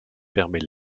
permet